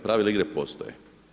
Pravila igre postoje.